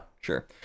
sure